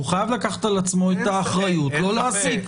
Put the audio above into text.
הוא חייב לקחת על עצמו את האחריות לא להעסיק.